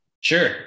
Sure